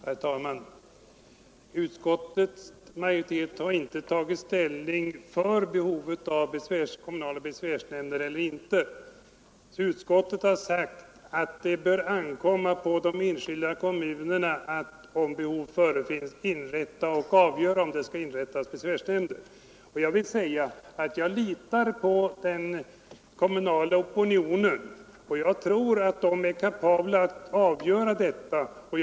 Herr talman! Utskottets majoritet har inte tagit ställning för eller emot behovet av kommunala besvärsnämnder. Utskottet har sagt att det bör ankomma på de enskilda kommunerna att avgöra om kommunala besvärsnämnder skall inrättas. Jag litar på den kommunala opinionen och tror att man ute i kommunerna är kapabel att avgöra denna fråga.